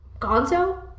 Gonzo